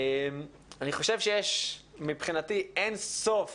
אני חושב שיש מבחינתי אין-סוף